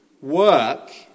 Work